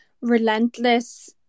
relentless